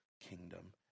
kingdom